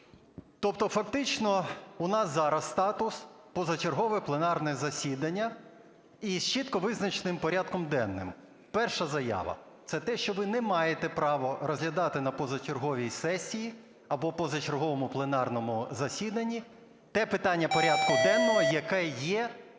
Тобто фактично у нас зараз статус – позачергове пленарне засідання із чітко визначеним порядком денним. Перша заява – це те, що ви не маєте права розглядати на позачерговій сесії або позачерговому пленарному засіданні те питання порядку денного, яке є